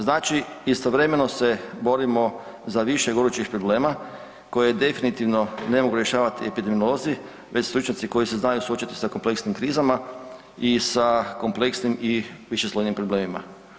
Znači istovremeno se borimo za više gorućih problema koje definitivno ne mogu rješavati epidemiolozi već stručnjaci koji se znaju suočiti sa kompleksnim krizama i sam kompleksnim i višeslojnim problemima.